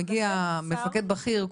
מגיע מפקד בכיר,